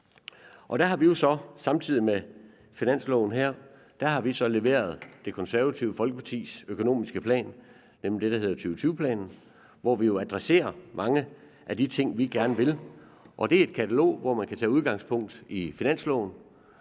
af. Der har vi jo så, samtidig med at regeringens forslag til finanslov kom, leveret Det Konservative Folkepartis økonomiske plan, nemlig det, der hedder 2020-planen, hvor vi jo adresserer mange af de ting, vi gerne vil. Det er et katalog, hvor man kan tage udgangspunkt i finansloven,